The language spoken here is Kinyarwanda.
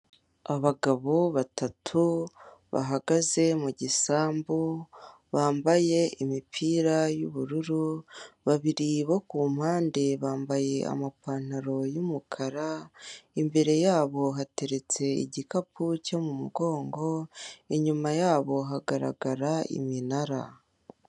Abagabo batatu bahagaze mu gisambu, bambaye imipira y'ubururu, babiri bo ku mpande bambaye amapantaro y'umukara, imbere yabo hateretse igikapu cyo mu mugongo, inyuma yabo hagaragara iminara.